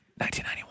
1991